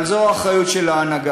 אבל זו האחריות של ההנהגה.